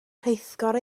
rheithgor